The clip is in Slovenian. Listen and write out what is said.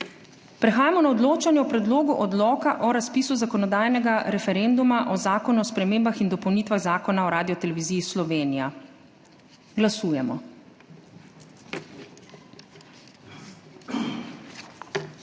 Prehajamo na odločanje o Predlogu odloka o razpisu zakonodajnega referenduma o Zakonu o spremembah in dopolnitvah Zakona o Radioteleviziji Slovenija. Glasujemo.